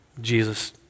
Jesus